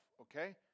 okay